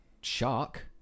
Shark